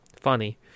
funny